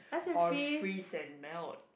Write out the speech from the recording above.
or freeze and melt